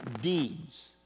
deeds